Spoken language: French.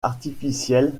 artificiel